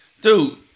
dude